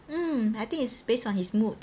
um I think is based on his mood